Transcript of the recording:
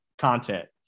content